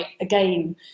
again